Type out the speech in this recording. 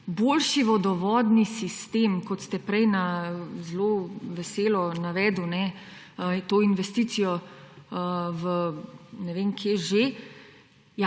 boljši vodovodni sistem, kot ste prej zelo veselo navedli to investicijo ne vem kje že,